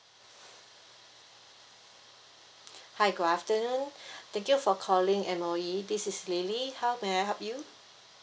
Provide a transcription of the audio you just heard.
hi good afternoon thank you for calling M_O_E this is lily how may I help you